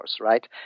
right